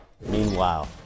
Meanwhile